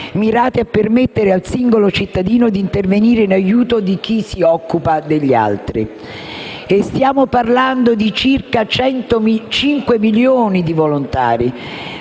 mirate a permettere al singolo cittadino di intervenire in aiuto di chi si occupa degli altri. Stiamo parlando di 5 milioni circa di volontari,